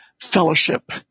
fellowship